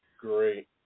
Great